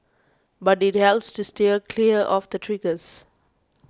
but it helps to steer clear of the triggers